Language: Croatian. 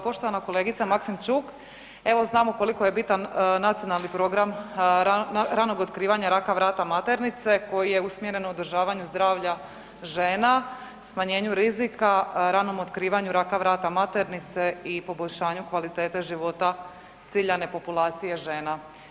Poštovana kolegice Maksimčuk evo znamo koliko je bitan Nacionalni program ranog otkrivanja raka vrata maternice, koji je usmjeren na održavanju zdravlja žena, smanjenju rizika ranom otkrivanju raka vrata maternice i poboljšanju kvalitete života ciljane populacije žena.